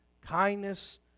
kindness